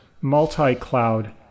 multi-cloud